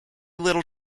little